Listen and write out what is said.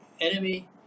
enemy